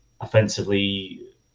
offensively